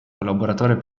collaboratore